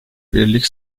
birlik